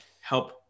help